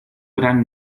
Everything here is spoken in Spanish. gran